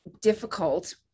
difficult